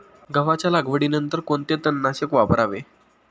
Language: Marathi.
गव्हाच्या लागवडीनंतर कोणते तणनाशक वापरावे?